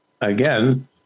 again